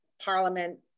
Parliament